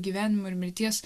gyvenimo ir mirties